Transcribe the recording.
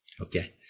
Okay